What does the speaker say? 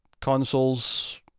consoles